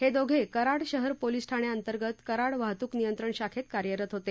हे दोघे कराड शहर पोलीस ठाण्याअंतर्गत कराड वाहतूक नियंत्रण शाखेत कार्यरत होते